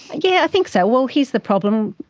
yeah think so. well, here's the problem,